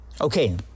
Okay